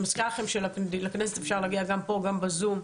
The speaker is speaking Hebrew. אני מזכירה לכם שלכנסת אפשר להגיע גם פה, גם בזום.